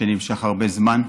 שנמשך הרבה זמן,